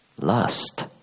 lust